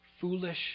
foolish